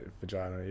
vagina